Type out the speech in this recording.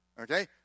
Okay